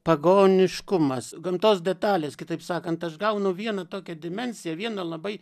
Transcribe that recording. pagoniškumas gamtos detalės kitaip sakant aš gaunu vieną tokią dimensiją vieną labai